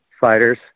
fighters